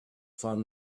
found